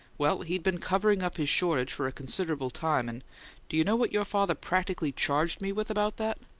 well, he'd been covering up his shortage for a considerable time and do you know what your father practically charged me with about that?